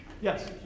Yes